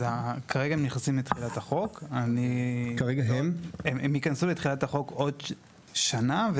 הן ייכנסו לתחילת החוק בעוד שנה.